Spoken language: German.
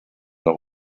noch